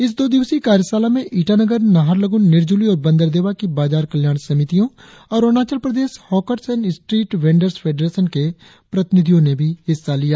इस दो दिवसीय कार्यशाला में ईटानगर नाहरलगुन निरजुली और बंदरदेवा की बाजार कल्याण समितियों और Arunachal Pradesh hawkers and street vendors federation के प्रतिनिधियों ने भी हिस्सा लिया